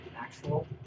actual